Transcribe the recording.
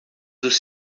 dos